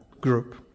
group